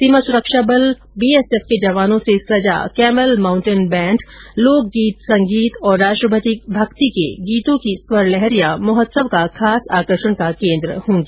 सीमा सुरक्षा बल बीएसएफ के जवानों से सजा कैमल माउंटेन बैंड लोक गीत संगीत और राष्ट्रभक्ति के गीतों की स्वर लहरियां महोत्सव का खास आकर्षण का केंद्र होगी